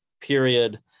period